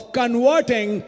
converting